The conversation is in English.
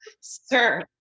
sir